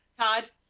Todd